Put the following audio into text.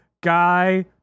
Guy